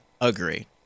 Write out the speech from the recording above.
agree